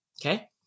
Okay